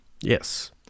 Yes